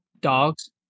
Dogs